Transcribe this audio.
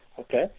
Okay